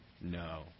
no